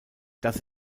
dass